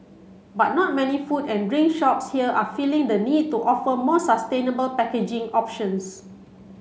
but not many food and drink shops here are feeling the need to offer more sustainable packaging options